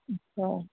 اچھا